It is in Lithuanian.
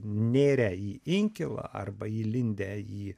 nėrę į inkilą arba įlindę į